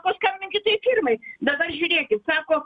paskambinkit tai firmai dabar žiūrėkit sako